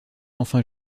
enfin